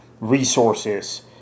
resources